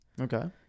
Okay